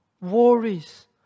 Worries